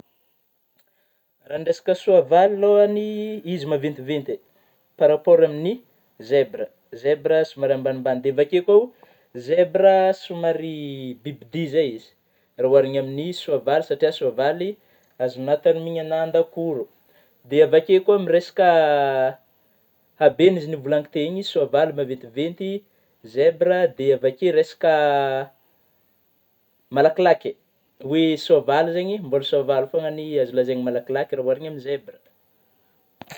Raha ny resaka soavaly alôhany, izy maventiventy par rapport amin'ny zebra, zebra somary ambanimbany, dia avy akeo kôa zebra somary bibidia zay izy raha oharina amin'ny soavaly satria soavaly azognao termignana an-dakoro; dia avy akeo koa ammin'ny resaka habeha zeigny igny novôlagniko teo iny, ny sovaly maventiveny zebra; dia avy akeo resaka malakilaky oe ny soavaly zegny, mbôla soavaly fôagna ny azo lazaigna malakilaky raha oharina amin'ny zebra.